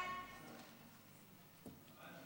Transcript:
חוק